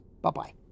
Bye-bye